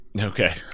okay